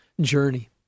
journey